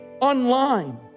online